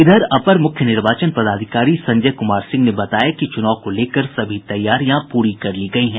इधर अपर मुख्य निर्वाचन पदाधिकारी संजय कुमार सिंह ने बताया कि चुनाव को लेकर सभी तैयारियां पूरी कर ली गयी हैं